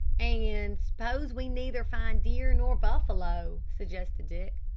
and s'pose we neither find deer nor buffalo, suggested dick.